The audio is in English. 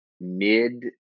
mid